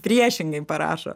priešingai parašo